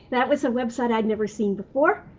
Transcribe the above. that was a website i'd never seen before.